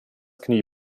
knie